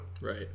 Right